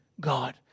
God